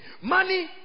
Money